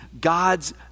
God's